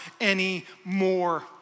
anymore